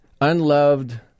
unloved